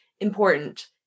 important